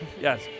Yes